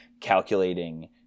calculating